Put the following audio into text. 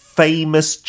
famous